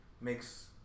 makes